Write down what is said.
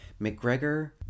McGregor